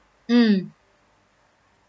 mm